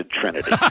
trinity